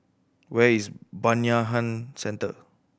where is Bayanihan Centre